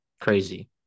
crazy